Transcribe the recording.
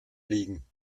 liegen